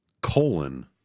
colon